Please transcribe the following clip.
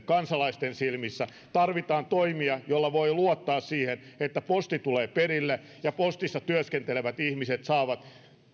kansalaisten silmissä tarvitaan toimia joilla voi luottaa siihen että posti tulee perille ja postissa työskentelevät ihmiset saavat